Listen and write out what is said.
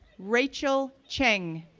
rachel cheng,